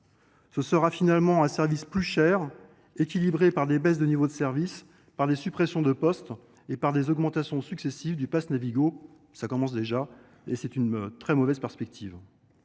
Ce sera finalement un service plus cher, équilibré par des baisses du niveau de service, par des suppressions de postes et par des augmentations successives du passe Navigo. Ces dernières se constatent